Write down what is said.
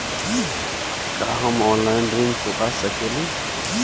का हम ऑनलाइन ऋण चुका सके ली?